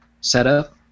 setup